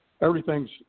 Everything's